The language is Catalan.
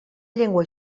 llengua